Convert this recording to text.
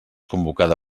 convocada